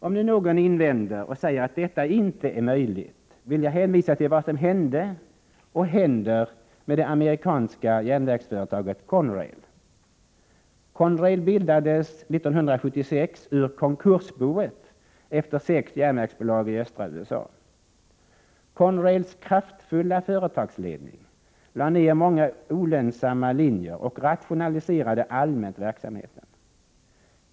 Om nu någon invänder och säger att detta inte är möjligt, vill jag hänvisa till vad som hände — och händer — med det amerikanska järnvägsföretaget Conrail. Conrail bildades 1976 ur konkursboet efter sex järnvägsbolag i östra USA. Conrails kraftfulla företagsledning lade ned många olönsamma linjer och rationaliserade allmänt verksamheten.